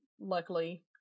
luckily